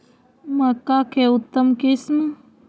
मक्का के उतम किस्म?